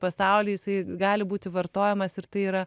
pasauly jisai gali būti vartojamas ir tai yra